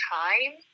time